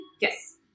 Yes